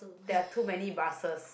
there are too many buses